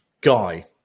guy